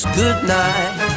goodnight